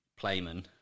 playman